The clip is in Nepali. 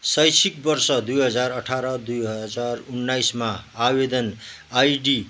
शैक्षिक वर्ष दुई हजार अठाह्र दुई हजार उन्नाइसमा आवेदन आइडी